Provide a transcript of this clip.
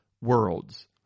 worlds